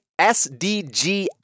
SDG